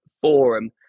Forum